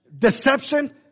Deception